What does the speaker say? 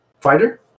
fighter